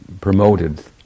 promoted